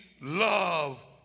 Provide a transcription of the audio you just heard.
love